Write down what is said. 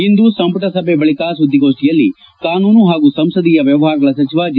ಇಂದು ಸಂಪುಟ ಸಭೆ ಬಳಿಕ ಸುದ್ದಿಗೋಷ್ಠಿಯಲ್ಲಿ ಕಾನೂನು ಹಾಗೂ ಸಂಸದೀಯ ವ್ಯವಹಾರಗಳ ಸಚಿವ ಜೆ